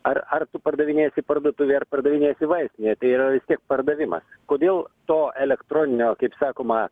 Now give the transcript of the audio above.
ar ar tu pardavinėsi parduotuvėj ar pardavinėsi vaistinėje tai yra vis tiek pardavimas kodėl to elektroninio kaip sakoma